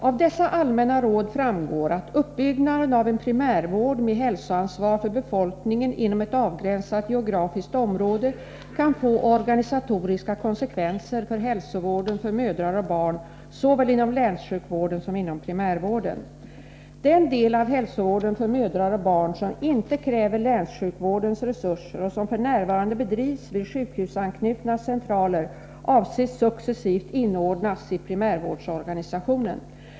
Av dessa allmänna råd framgår att uppbyggnaden av en primärvård med hälsoansvar för befolkningen inom ett avgränsat geografiskt område kan få organisatoriska konsekvenser för hälsovården för mödrar och barn såväl inom länssjukvården som inom primärvården. Den del av hälsovården för mödrar och barn som inte kräver länssjukvårdens resurser och som f.n. bedrivs vid sjukhusanknutna centraler avses successivt inordnas i primärvårdsorganisationen.